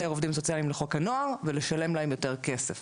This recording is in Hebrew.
עובדים סוציאליים לחוק הנוער ולשלם להם יותר כסף.